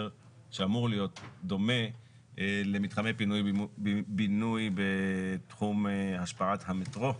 שאמור להיות דומה למתחמי פינוי בינוי בתחום השפעת המטרו.